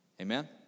Amen